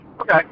Okay